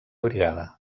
brigada